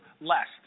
less